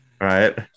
right